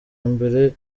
mbere